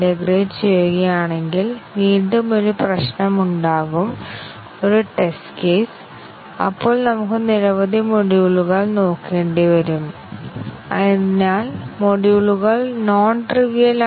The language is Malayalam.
മ്യൂട്ടേഷൻ ടെസ്റ്റിംഗിന് പിന്നിലെ പ്രധാന ആശയം ഞങ്ങൾ പ്രോഗ്രാമിൽ ചെറിയ മാറ്റങ്ങൾ വരുത്തുകയും ഒരു ബഗ് എന്നർത്ഥം വരുന്ന ഒരു പ്രോഗ്രാം മാറ്റുകയും ചെയ്യുക എന്നതാണ്